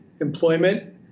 employment